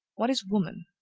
what is woman?